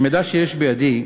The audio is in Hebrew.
ממידע שיש בידי,